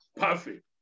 perfect